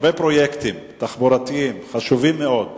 הרבה פרויקטים תחבורתיים חשובים מאוד בצפון,